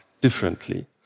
differently